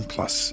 Plus